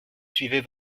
suivez